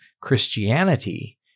Christianity